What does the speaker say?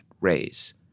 raise